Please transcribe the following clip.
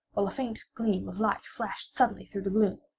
while a faint gleam of light flashed suddenly through the gloom,